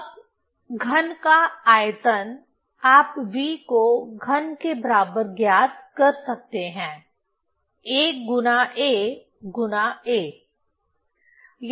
अब घन का आयतन आप V को घन के बराबर ज्ञात कर सकते हैं a गुणा a गुणा a